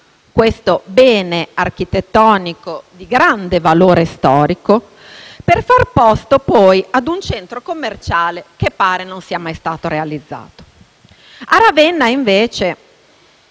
questo bene architettonico di grande valore storico per fare posto a un centro commerciale che pare non sia mai stato realizzato. A Ravenna invece